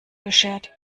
beschert